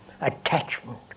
attachment